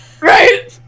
Right